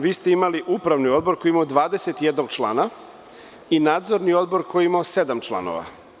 Vi ste imali upravni odbor koji je imao 21 člana i nadzorni odbor koji je imao sedam članova.